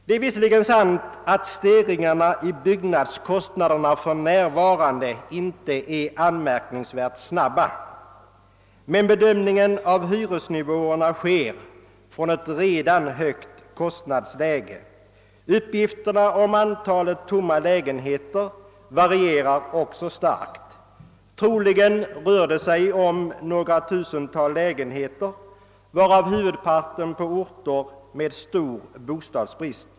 Det är visserligen sant att stegringarna av byggnadskostnaderna för närvarande inte är anmärkningsvärt snabba, men bedömningen av hyresnivåerna utgår från ett redan högt kostnadsläge. Uppgifterna om antalet tomma lägenheter varierar också starkt. Troligen rör det sig om några tusental lägenheter, varav huvudparten på orter med stor bostadsbrist.